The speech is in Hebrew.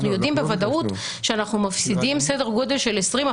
יודעים בוודאות שאנחנו מפסידים סדר גודל של 20%,